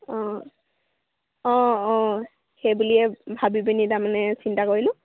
অঁ অঁ অঁ সেই বুলিয়ে ভাব পিনি তাৰমানে চিন্তা কৰিলোঁ